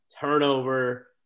turnover